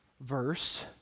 verse